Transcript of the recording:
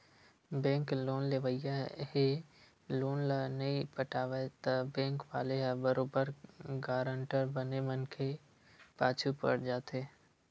bank loan लेवइया ह loan ल नइ पटावय त बेंक वाले ह बरोबर गारंटर बने मनखे के पाछू पड़ जाथे